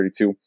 32